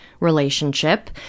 relationship